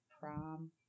prom